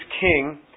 king